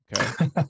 Okay